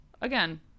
again